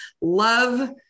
love